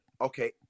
okay